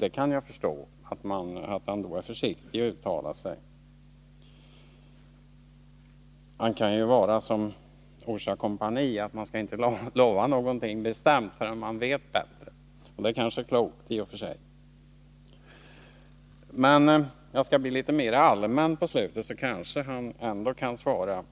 Jag kan förstå att han då är försiktig med att uttala sig. Han kan ju göra som Orsa kompani —- inte lova någonting bestämt förrän han vet bättre. Det är kanske klokt. Men jag skall tala litet mer allmänt på slutet, och då kan kanske industriministern svara